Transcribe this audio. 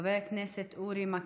חבר הכנסת אורי מקלב,